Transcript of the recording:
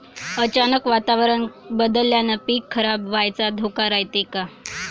अचानक वातावरण बदलल्यानं पीक खराब व्हाचा धोका रायते का?